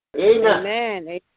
Amen